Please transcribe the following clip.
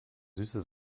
süße